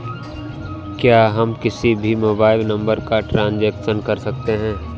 क्या हम किसी भी मोबाइल नंबर का ट्रांजेक्शन कर सकते हैं?